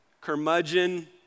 curmudgeon